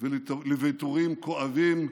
ולוויתורים כואבים,